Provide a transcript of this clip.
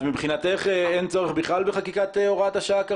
מבחינתך אין צורך בכלל בחקיקת הוראת השעה?